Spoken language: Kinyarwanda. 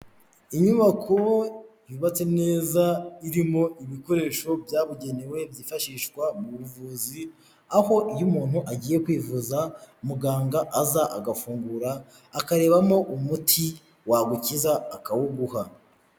Inyubako yubatse neza irimo ibikoresho byabugenewe byifashishwa mu buvuzi, aho iyo umuntu agiye kwivuza muganga aza agafungura akarebamo umuti wagukiza akawuguha.